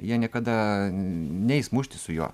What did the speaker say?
jie niekada neis muštis su juo